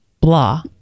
blah